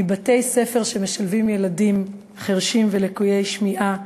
מבתי-ספר שמשלבים ילדים חירשים ולקויי שמיעה,